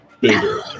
Bigger